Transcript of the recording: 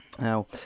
Now